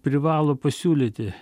privalo pasiūlyti